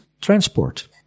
transport